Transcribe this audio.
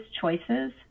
choices